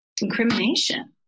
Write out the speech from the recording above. incrimination